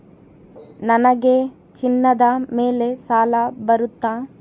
ನನಗೆ ಚಿನ್ನದ ಮೇಲೆ ಸಾಲ ಬರುತ್ತಾ?